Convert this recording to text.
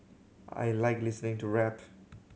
I like listening to rap